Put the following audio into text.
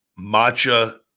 matcha